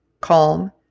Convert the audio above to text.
calm